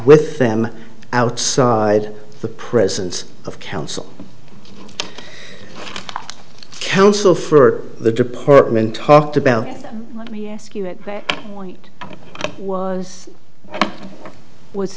with them outside the presence of counsel counsel for the department talked about me ask you at that point was was